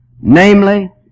namely